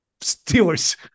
Steelers